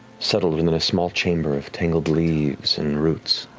settled within a small chamber of tangled leaves and roots,